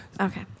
Okay